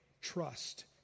trust